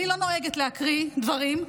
אני לא נוהגת להקריא דברים,